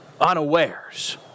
unawares